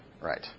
right